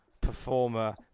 performer